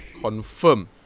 confirm